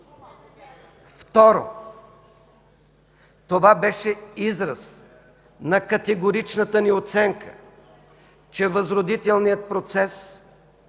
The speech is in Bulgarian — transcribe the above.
Второ, това беше израз на категоричната ни оценка, че възродителният процес е